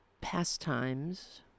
pastimes